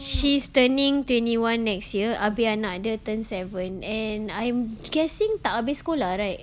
she's turning twenty one next year habis anak dia turn seven and I'm guessing tak habis school lah right